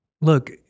Look